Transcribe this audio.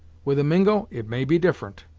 with a mingo it may be different.